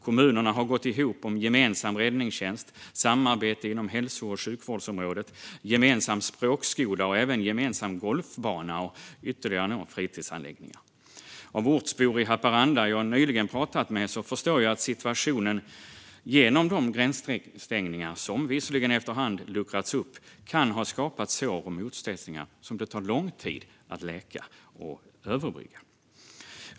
Kommunerna har gått ihop om gemensam räddningstjänst, samarbete på hälso och sjukvårdsområdet, gemensam språkskola och även gemensam golfbana och ytterligare fritidsanläggningar. Av ortsbor i Haparanda som jag nyligen pratat med förstår jag att situationen genom de gränsstängningar som nu visserligen efter hand luckrats upp kan ha skapat sår och motsättningar som det tar lång tid att läka och överbrygga.